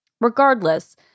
regardless